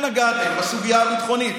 נגעתם בסוגיה הביטחונית,